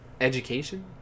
education